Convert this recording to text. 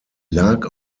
lag